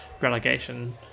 relegation